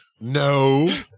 No